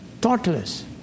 thoughtless